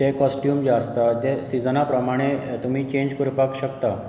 ते कोस्ट्यूम जे आसता ते सिझना प्रमाणे तुमी चॅंज करपाक शकता